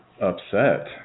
Upset